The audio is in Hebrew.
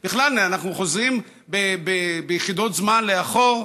בכלל, אנחנו חוזרים ביחידות זמן לאחור.